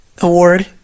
award